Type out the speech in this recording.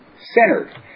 centered